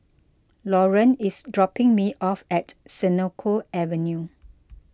Lauren is dropping me off at Senoko Avenue